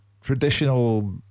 traditional